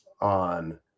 on